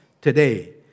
today